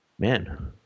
Man